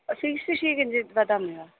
fees विषये किञ्चिद् वदामि वा